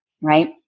right